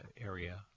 area